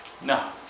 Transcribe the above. No